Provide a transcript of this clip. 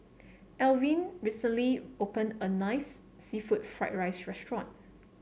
Alvin recently opened a nice seafood Fried Rice restaurant